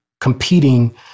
competing